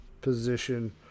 position